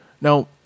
Now